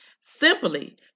Simply